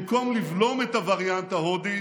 במקום לבלום את הווריאנט ההודי,